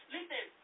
Listen